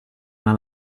una